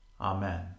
Amen